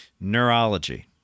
Neurology